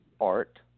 art